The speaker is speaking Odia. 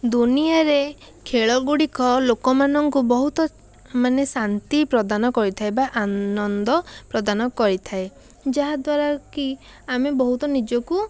ଦୁନିଆରେ ଖେଳଗୁଡ଼ିକ ଲୋକମାନଙ୍କୁ ବହୁତ ମାନେ ଶାନ୍ତି ପ୍ରଦାନ କରିଥାଏ ବା ଆନନ୍ଦ ପ୍ରଦାନ କରିଥାଏ ଯାହା ଦ୍ୱାରା କି ଆମେ ବହୁତ ନିଜକୁ